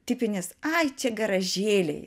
tipinis ai čia garažėliai